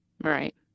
Right